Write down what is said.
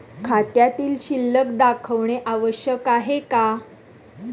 खात्यातील शिल्लक दाखवणे आवश्यक आहे का?